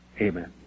amen